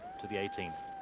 to the eighteen